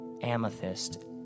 Amethyst